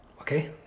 okay